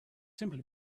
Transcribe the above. simply